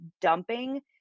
dumping